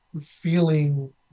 feeling